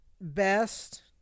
best